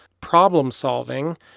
problem-solving